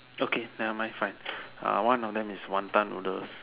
okay nevermind fine uh one of them is wanton noodles